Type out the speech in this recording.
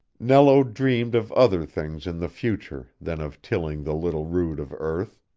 nello dreamed of other things in the future than of tilling the little rood of earth,